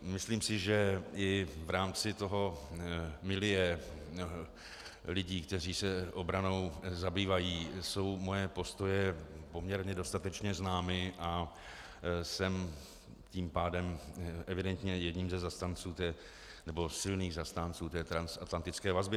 Myslím si, že i v rámci toho milieu lidí, kteří se obranou zabývají, jsou moje postoje poměrně dostatečně známy, a jsem tím pádem evidentně jedním ze zastánců, nebo silných zastánců, té transatlantické vazby.